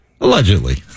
Allegedly